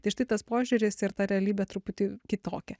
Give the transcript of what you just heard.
tai štai tas požiūris ir ta realybė truputį kitokia